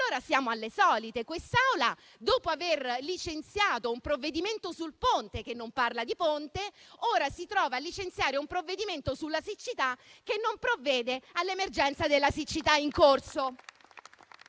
Siamo alle solite: quest'Aula, dopo aver licenziato un provvedimento sul ponte che non parla di ponte, ora si trova a licenziare un provvedimento sulla siccità che non provvede all'emergenza della siccità in corso.